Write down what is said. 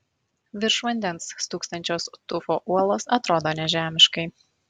virš vandens stūksančios tufo uolos atrodo nežemiškai